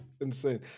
insane